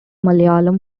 malayalam